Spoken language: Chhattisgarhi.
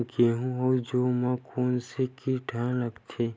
गेहूं अउ जौ मा कोन से कीट हा लगथे?